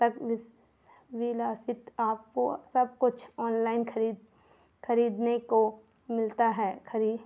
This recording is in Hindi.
तक विस विलासित आपको सब कुछ ऑनलाइन ख़रीद ख़रीदने को मिलता है ख़री